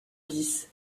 dix